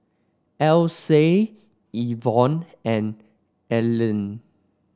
Alyse Ivor and Alene